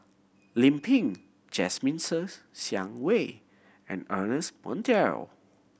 Lim Pin Jasmine Ser Xiang Wei and Ernest Monteiro